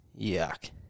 Yuck